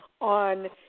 on